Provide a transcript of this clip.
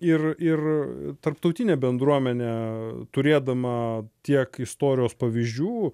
ir ir tarptautinė bendruomenė turėdama tiek istorijos pavyzdžių